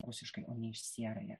rusiškai o ne iš sieraja